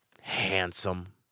handsome